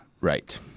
Right